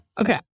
Okay